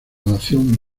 nación